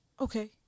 okay